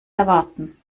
erwarten